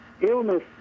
illness